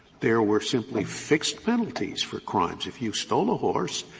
there were simply fixed penalties for crimes. if you stole a horse,